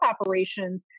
operations